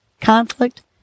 conflict